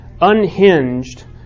unhinged